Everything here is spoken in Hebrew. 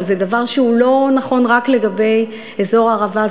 אבל זה דבר שהוא לא נכון רק לגבי אזור הערבה,